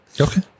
Okay